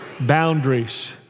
Boundaries